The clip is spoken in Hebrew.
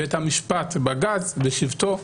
בית המשפט, בשבתו כבג"צ,